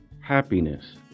Happiness